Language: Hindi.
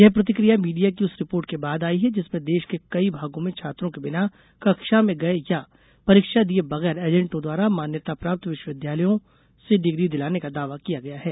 यह प्रतिक्रिया मीडिया की उस रिपोर्ट के बाद आई है जिसमें देश के कई भागों में छात्रों के बिना कक्षा में गए या परीक्षा दिए बगैर एजेंटों द्वारा मान्याता प्राप्त विश्वि विद्यालयों से डिग्री दिलाने का दावा किया गया है